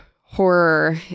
horror